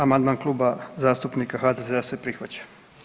Amandman Kluba zastupnika HDZ-a se prihvaća.